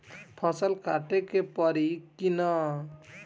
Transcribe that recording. फसल काटे के परी कि न?